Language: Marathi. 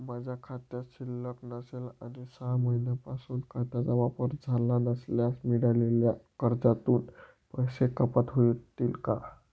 माझ्या खात्यात शिल्लक नसेल आणि सहा महिन्यांपासून खात्याचा वापर झाला नसल्यास मिळालेल्या कर्जातून पैसे कपात होतील का?